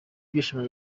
byishimo